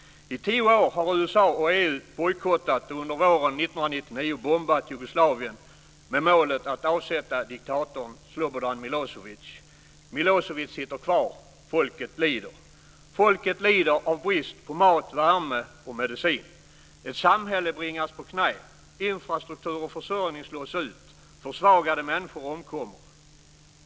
I tio år har USA och EU bojkottat och under våren 1999 bombat Jugoslavien med målet att avsätta diktatorn Slobodan Milosevic. Milosevic sitter kvar, folket lider. Folket lider av brist på mat, värme och medicin. Ett samhälle bringas på knä. Infrastruktur och försörjning slås ut. Försvagade människor omkommer.